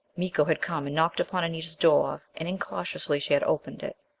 miko had come and knocked upon anita's door, and incautiously she had opened it.